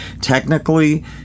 technically